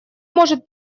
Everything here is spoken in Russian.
может